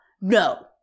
no